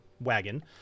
wagon